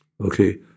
Okay